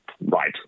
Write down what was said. right